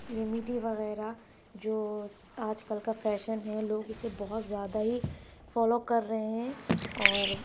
وغیرہ جو آج کل کا فیشن ہے لوگ اسے بہت زیادہ ہی فالو کر رہے ہیں اور